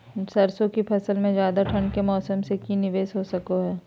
सरसों की फसल में ज्यादा ठंड के मौसम से की निवेस हो सको हय?